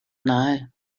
nahe